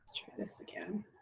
try this again.